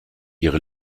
ihre